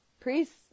priests